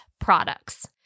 products